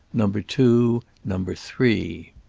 number two, number three.